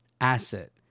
asset